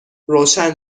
روشن